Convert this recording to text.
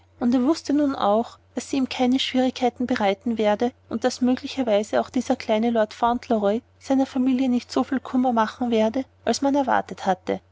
und er wußte nun auch daß sie ihm keine schwierigkeiten bereiten werde und daß möglicherweise dieser kleine lord fauntleroy seiner familie nicht so viel kummer machen werde als man erwartet hatte